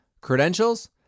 Credentials